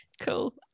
Cool